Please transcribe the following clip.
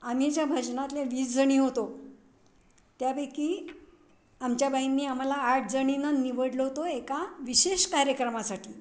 आम्ही ज्या भजनातले वीस जणी होतो त्यापैकी आमच्या बाईंनी आम्हाला आठ जणीना निवडलं होतं एका विशेष कार्यक्रमासाठी